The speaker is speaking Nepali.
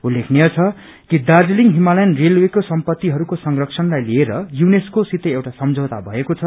उल्लेखनीय छ कि दार्जीलिङ हिमालयन रेलवेको सम्पतिहरूको संरक्षणलाई लिएर युनेस्को सित एउटा सम्झौता भएको छ